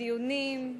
בדיונים,